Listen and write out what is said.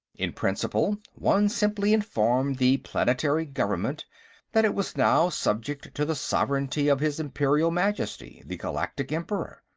in principle, one simply informed the planetary government that it was now subject to the sovereignty of his imperial majesty, the galactic emperor.